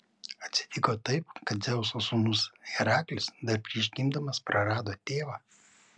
atsitiko taip kad dzeuso sūnus heraklis dar prieš gimdamas prarado tėvą